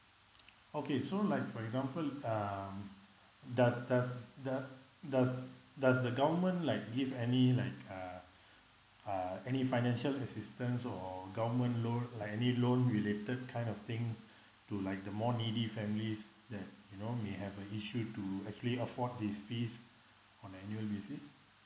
okay so like for example um does the the does does the government like give any like uh uh any financial assistance or government loan like any loan related kind of thing to like the more needy families that you know may have an issue to actually afford his fees on annual basis